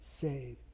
save